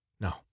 No